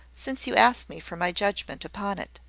since you asked me for my judgment upon it.